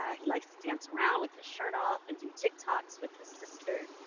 ah he likes to dance around with his shirt off and do tik toks with his sister.